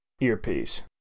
Earpiece